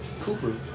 cooper